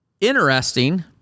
interesting